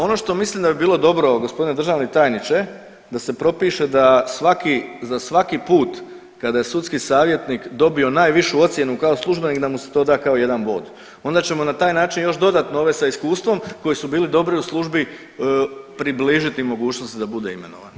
Ono što mislim da bi bilo dobro g. državni tajniče da se propiše da za svaki put kada je sudski savjetnik dobio najvišu ocjenu kao službenik da mu se doda kao jedan bod onda ćemo na taj način još dodatno ove sa iskustvom koji su bili dobri u službi približiti mogućnost da bude imenovan.